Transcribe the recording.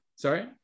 sorry